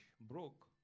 broke